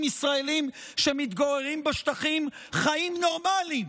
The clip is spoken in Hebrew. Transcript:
ישראלים שמתגוררים בשטחים חיים נורמליים